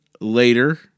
later